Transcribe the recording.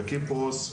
בקיפרוס,